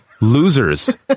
Losers